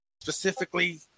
specifically